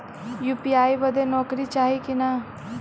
UPI बदे नौकरी चाही की ना?